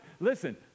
Listen